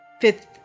fifth